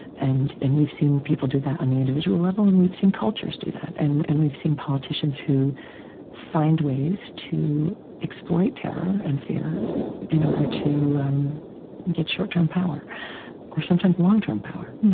and and we've seen people do that on the individual level, and we've seen cultures do that. and and we've seen politicians who find ways to exploit terror and fear in order to um get short-term power or, sometimes, long-term power,